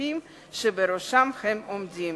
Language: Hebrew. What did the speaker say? הגופים שבראשם הם עומדים.